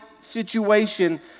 situation